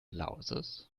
louses